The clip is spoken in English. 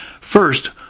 First